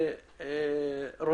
תודה חבר הכנסת קוזי'ינוב.